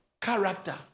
character